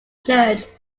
church